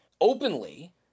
openly